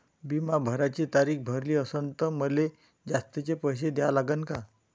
बिमा भराची तारीख भरली असनं त मले जास्तचे पैसे द्या लागन का?